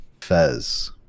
Fez